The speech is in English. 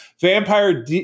Vampire